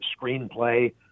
screenplay